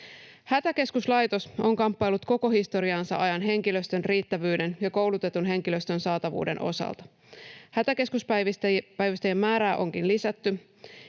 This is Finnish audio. Hätäkeskuslaitos on kamppaillut koko historiansa ajan henkilöstön riittävyyden ja koulutetun henkilöstön saatavuuden osalta. Hätäkeskuspäivystäjien määrää onkin lisätty.